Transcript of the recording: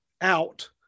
out